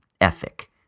ethic